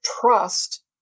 trust